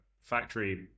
factory